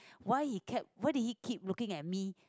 why he kept why did he keep looking at me